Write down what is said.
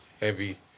heavy